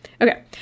okay